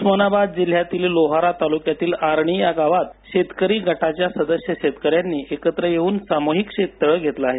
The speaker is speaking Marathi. उस्मानाबाद जिल्ह्यातील लोहारा तालुक्यातील आरणी या गावात शेतकरी गटाच्या सदस्य शेतकऱ्यांनी एकत्र येऊन सामूहिक शेततळे घेतल आहे